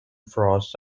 frosts